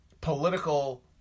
political